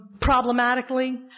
problematically